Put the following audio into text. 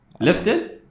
Lifted